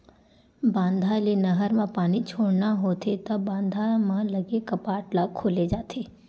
बांधा ले नहर म पानी छोड़ना होथे त बांधा म लगे कपाट ल खोले जाथे